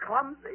clumsy